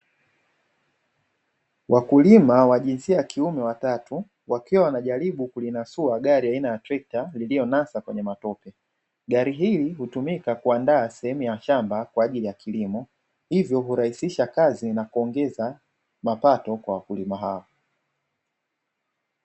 Wakulima wa jinsia ya kiume watatu, wakiwa wanajaribu kulinasua gari aina ya trekta lililonasa kwenye matope. Gari hili hutumika kuandaa sehemu ya shamba kwa ajili ya kilimo. Hivyo hurahisisha kazi na kuongeza mapato kwa wakulima hao.